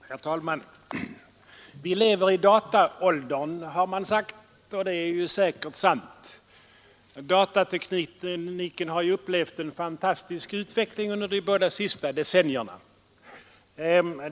Herr talman! Vi lever i dataåldern, har man sagt, och det är säkert sant. Datatekniken har ju upplevt en fantastisk utveckling under de två senaste decennierna.